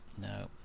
No